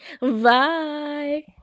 bye